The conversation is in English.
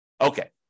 Okay